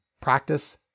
practice